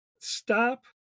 stop